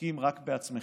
עסוקים רק בעצמכם.